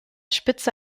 spitze